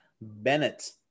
Bennett